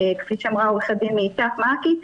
כפי שאמרה עורכת הדין מ"איתך מעכי",